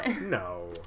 no